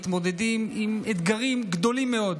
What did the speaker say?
מתמודדים עם אתגרים גדולים מאוד,